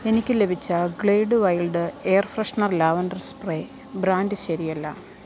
എനിക്ക് ലഭിച്ച Glade wild air freshener lavender spray brand ശരിയല്ല